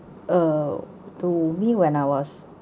uh to me when I was